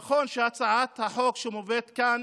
נכון שהצעת החוק שמובאת כאן